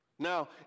Now